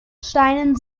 steinen